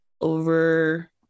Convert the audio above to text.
over